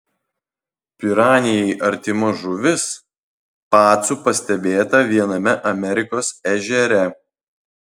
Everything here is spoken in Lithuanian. piranijai artima žuvis pacu pastebėta viename amerikos ežere